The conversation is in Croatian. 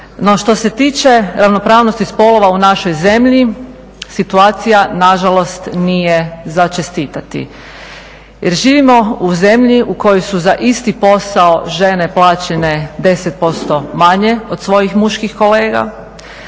No, što se tiče ravnopravnosti spolova u našoj zemlji, situacija nažalost nije za čestitati jer živimo u zemlji u kojoj su za isti posao žene plaćene 10% manje od svojih muških kolega,